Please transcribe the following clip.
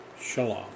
shalom